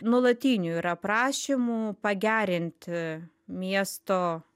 nuolatinių yra prašymų pagerinti miesto